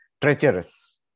treacherous